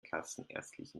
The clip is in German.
kassenärztlichen